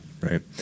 Right